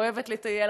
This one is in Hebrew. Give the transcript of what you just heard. אוהבת לטייל,